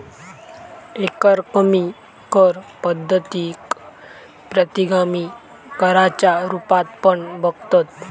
एकरकमी कर पद्धतीक प्रतिगामी कराच्या रुपात पण बघतत